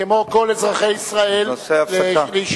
כמו כל אזרחי ישראל, להישמע.